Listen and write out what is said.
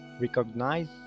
recognize